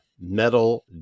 metal